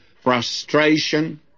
frustration